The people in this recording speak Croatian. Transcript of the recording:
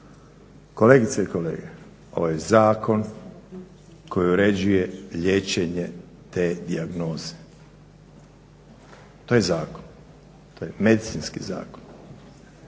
Kolegice i kolege, ovo je zakon koji uređuje liječenje te dijagnoze. Taj zakon, taj medicinski zakon